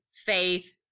faith